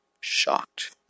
shocked